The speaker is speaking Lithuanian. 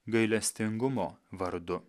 gailestingumo vardu